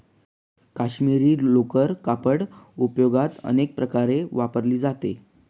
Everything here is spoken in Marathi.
काश्मिरी लोकर कापड उद्योगात अनेक प्रकारे वापरली जाते